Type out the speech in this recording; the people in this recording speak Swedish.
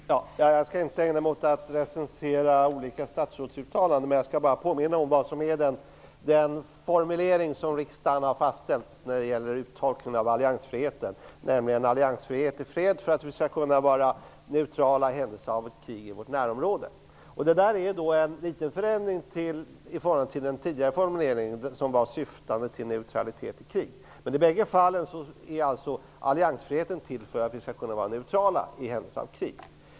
Herr talman! Jag skall inte ägna mig åt att recensera olika statsrådsuttalanden. Jag skall bara påminna om den formulering som riksdagen har fastställt när det gäller uttolkningen av alliansfriheten. Det skall vara alliansfrihet i fred för att vi skall kunna vara neutrala i händelse av krig i vårt närområde. Det har skett en liten förändring i förhållande till den tidigare formuleringen. Det hette tidigare att alliansfriheten var syftande till neutralitet i krig. I bägge fallen är alliansfriheten till för att vi skall kunna vara neutrala i händelse av krig.